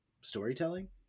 storytelling